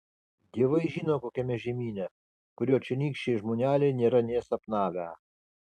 dievai žino kokiame žemyne kurio čionykščiai žmoneliai nėra nė sapnavę